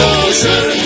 ocean